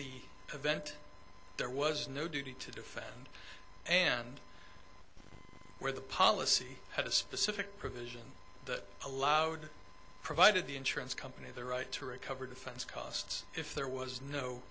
the event there was no duty to defend and where the policy had a specific provision that allowed provided the insurance company the right to recover defense costs if there was no